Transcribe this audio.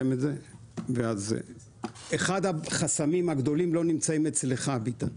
אחד החסמים הגדולים לא נמצאים אצלך, ביטן,